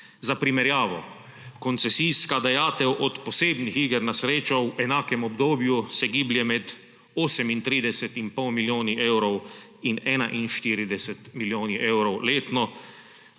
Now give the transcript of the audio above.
Za primerjavo. Koncesijska dajatev od posebnih iger na srečo v enakem obdobju se giblje med 38 in pol milijoni evrov in 41 milijoni evrov letno,